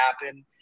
happen